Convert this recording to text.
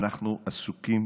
אנחנו עסוקים